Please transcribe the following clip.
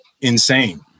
insane